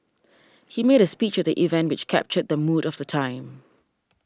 he made a speech at the event which captured the mood of the time